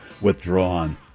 withdrawn